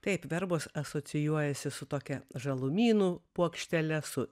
taip verbos asocijuojasi su tokia žalumynų puokštele su